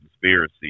conspiracy